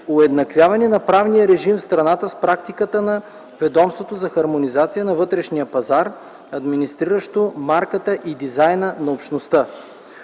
уеднаквяване на правния режим в страната с практиката на Ведомството за хармонизация на вътрешния пазар, администриращо марката и дизайна на Общността.